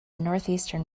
northeastern